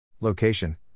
Location